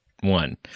one